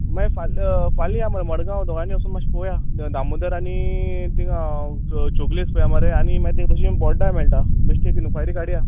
मागीर फाल् फाल्यां या मरे मडगांव दोगांयनी वोसोन माश्श पोवया दामोदर आनी थिंगां चौगुलेज पया मरे आनी मागीर तें तशी बॉड्डाय मेळटा बेश्टें एक इनक्वायरी काडया